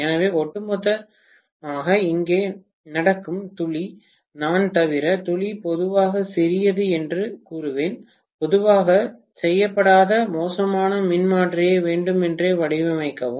எனவே ஒட்டுமொத்தமாக இங்கே நடக்கும் துளி நான் தவிர துளி பொதுவாக சிறியது என்று கூறுவேன் பொதுவாக செய்யப்படாத மோசமான மின்மாற்றியை வேண்டுமென்றே வடிவமைக்கவும்